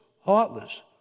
heartless